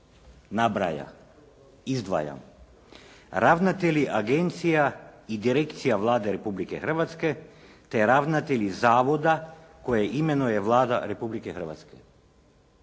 nabraja, izdvajam: ravnatelji agencija i direkcija Vlade Republike Hrvatske te ravnatelji zavoda koje imenuje Vlada Republike Hrvatske.